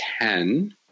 ten